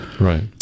Right